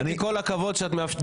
דבי, כל הכבוד שאת מאפשרת.